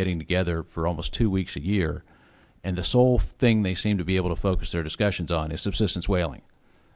getting together for almost two weeks a year and the sole thing they seem to be able to focus their discussions on is subsistence whaling